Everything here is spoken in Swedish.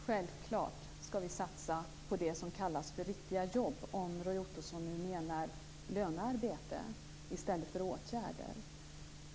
Fru talman! Självklart skall vi satsa på det som kallas för riktiga jobb, om nu Roy Ottosson avser lönearbete i stället för åtgärder.